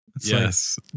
Yes